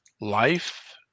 life